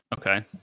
Okay